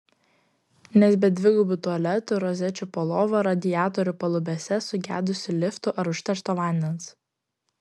nes be dvigubų tualetų rozečių po lova radiatorių palubėse sugedusių liftų ar užteršto vandens